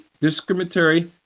discriminatory